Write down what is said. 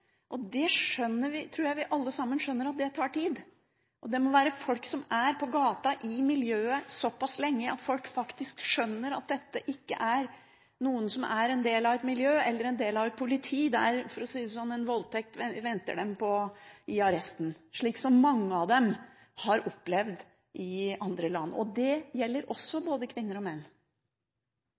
alle sammen skjønner tar tid. Det må være folk som er på gata i miljøet såpass lenge at folk faktisk skjønner at dette ikke er noen som er en del av et miljø eller en del av et politi der, for å si det slik, en voldtekt venter dem i arresten, slik som mange av dem har opplevd i andre land, og det gjelder også både kvinner og menn.